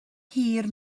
hir